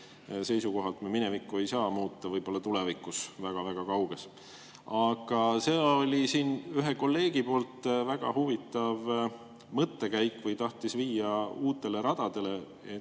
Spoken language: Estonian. seisukohast me minevikku ei saa muuta, võib-olla tulevikus, väga-väga kauges. Aga see oli siin ühe kolleegi väga huvitav mõttekäik, mis tahtis viia uutele radadele,